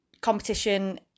competition